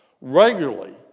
regularly